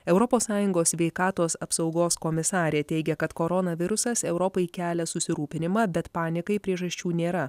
europos sąjungos sveikatos apsaugos komisarė teigia kad koronavirusas europai kelia susirūpinimą bet panikai priežasčių nėra